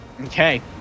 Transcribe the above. Okay